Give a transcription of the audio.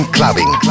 Clubbing